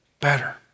better